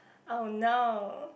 oh no